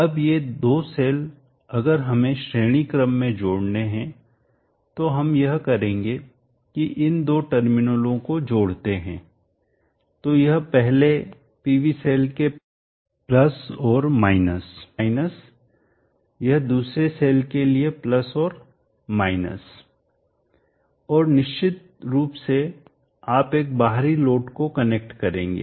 अब ये दो सेल अगर हमें श्रेणी क्रम में जोड़ने हैं तो हम यह करेंगे कि इन दो टर्मिनलों को जोड़ते हैं तो यह पहले पीवी सेल के लिए और है यह दूसरे सेल के लिए और और निश्चित रूप से आप एक बाहरी लोड को कनेक्ट करेंगे